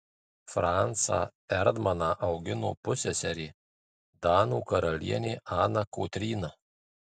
francą erdmaną augino pusseserė danų karalienė ana kotryna